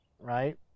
right